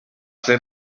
ser